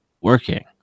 working